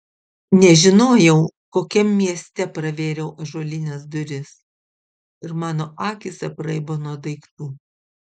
nežinojau kokiam mieste pravėriau ąžuolines duris ir mano akys apraibo nuo daiktų